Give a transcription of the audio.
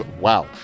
Wow